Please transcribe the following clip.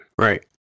Right